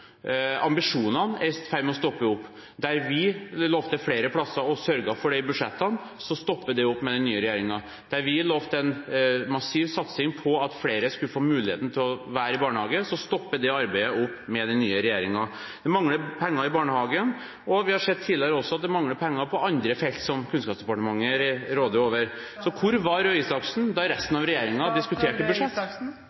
Der vi lovte flere plasser og sørget for det i budsjettene, stopper det opp med den nye regjeringen. Der vi lovte en massiv satsing, slik at flere skulle få muligheten til å være i barnehage, stoppet det arbeidet opp med den nye regjeringen. Det mangler penger i barnehagen, og vi har også tidligere sett at det mangler penger på andre felt som Kunnskapsdepartementet råder over. Hvor var Røe Isaksen da